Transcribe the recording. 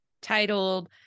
titled